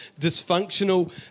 dysfunctional